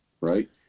right